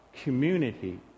Community